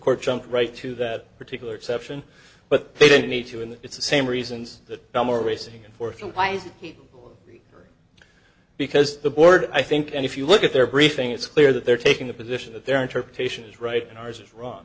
courts jump right to that particular exception but they don't need to in that it's the same reasons that the more racing and fourth or wise people because the board i think and if you look at their briefing it's clear that they're taking the position that their interpretation is right and ours is wrong